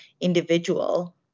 individual